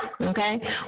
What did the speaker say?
Okay